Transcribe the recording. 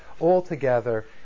altogether